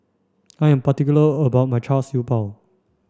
I am particular about my Char Siew Bao